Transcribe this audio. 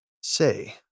Say